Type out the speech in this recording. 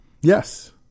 Yes